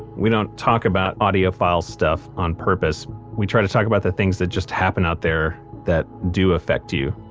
we don't talk about audiophile stuff on purpose because we try to talk about the things that just happen out there that do affect you.